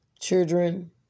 children